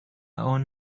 own